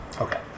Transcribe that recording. Okay